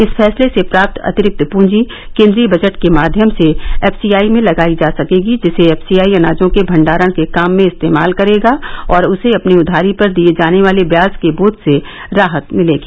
इस फैसले से प्राप्त अतिरिक्त पूंजी केन्द्रीय बजट के माध्यम से एफसीआई में लगाई जा सकेगी जिसे एफसीआई अनाजों के भंडारण के काम में इस्तेमाल करेगा और उसे अपनी उधारी पर दिये जाने वाले ब्याज के बोझ से राहत मिलेगी